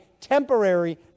temporary